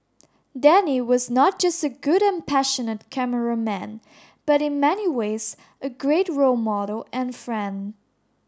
Danny was not just a good and passionate cameraman but in many ways a great role model and friend